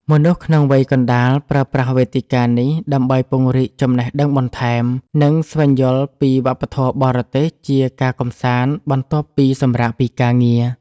មនុស្សក្នុងវ័យកណ្ដាល ប្រើប្រាស់វេទិកានេះដើម្បីពង្រីកចំណេះដឹងបន្ថែម និងស្វែងយល់ពីវប្បធម៌បរទេសជាការកម្សាន្តបន្ទាប់ពីសម្រាកពីការងារ។